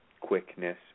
quickness